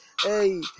Hey